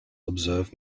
observe